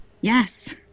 yes